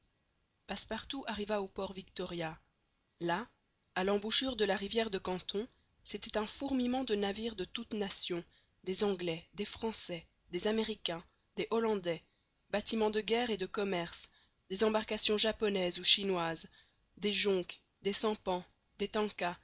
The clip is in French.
passepartout arriva au port victoria là à l'embouchure de la rivière de canton c'était un fourmillement de navires de toutes nations des anglais des français des américains des hollandais bâtiments de guerre et de commerce des embarcations japonaises ou chinoises des jonques des sempans des tankas